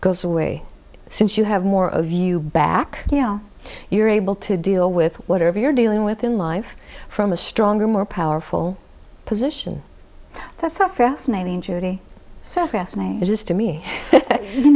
goes away since you have more of you back you know you're able to deal with whatever you're dealing with in life from a stronger more powerful position that's a fascinating journey so fascinating to me you